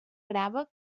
grava